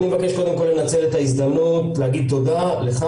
אני מבקש קודם כל לנצל את ההזדמנות להגיד תודה לך,